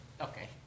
Okay